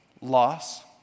loss